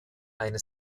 eine